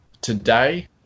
today